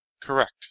Correct